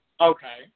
Okay